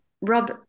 Rob